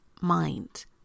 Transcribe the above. mind